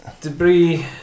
debris